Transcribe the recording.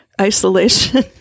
isolation